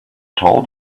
told